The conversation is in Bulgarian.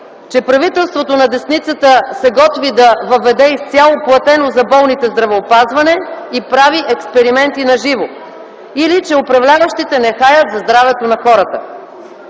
че правителството на десницата се готви да въведе изцяло платено за болните здравеопазване и прави експерименти на живо, или че управляващите не хаят за здравето на хората.